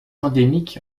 endémique